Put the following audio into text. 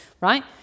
right